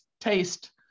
taste